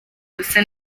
wose